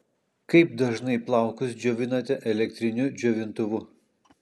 kaip dažnai plaukus džiovinate elektriniu džiovintuvu